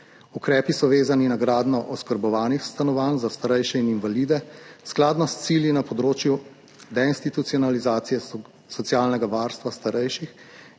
Ukrepi so vezani na gradnjo oskrbovanih stanovanj za starejše in invalide skladno s cilji na področju deinstitucionalizacije, socialnega varstva starejših